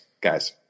guys